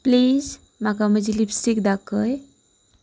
please म्हाका म्हजी lipstick दाखय